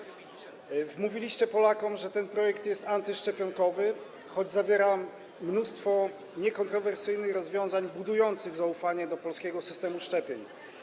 Panie ministrze, wmówiliście Polakom, że ten projekt jest antyszczepionkowy, choć zawiera mnóstwo niekontrowersyjnych rozwiązań budujących zaufanie do polskiego systemu szczepień.